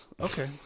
Okay